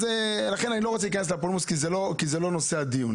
אני לא רוצה להיכנס לפולמוס, כי זה לא נושא הדיון.